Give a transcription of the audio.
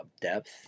depth